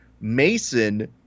mason